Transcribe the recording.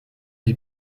die